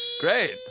great